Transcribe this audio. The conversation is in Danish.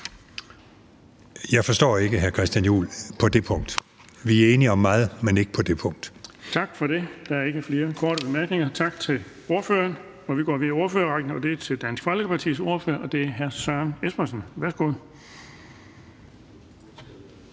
Jeg forstår ikke hr. Christian Juhl på det punkt. Vi er enige om meget, men ikke på det punkt. Kl. 17:14 Den fg. formand (Erling Bonnesen): Tak for det. Der er ikke flere korte bemærkninger. Tak til ordføreren. Vi går videre i ordførerrækken, og det er Dansk Folkepartis ordfører, hr. Søren Espersen. Værsgo.